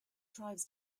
tribes